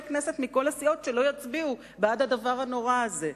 כנסת מכל הסיעות שלא יצביעו בעד הדבר הנורא הזה.